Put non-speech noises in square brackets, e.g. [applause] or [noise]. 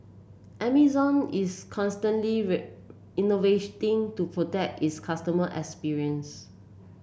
Amazon is constantly [unintelligible] to protect is customer experience